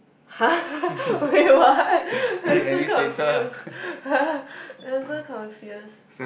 !huh! what you want I'm so confuse I'm so confuse